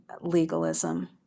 legalism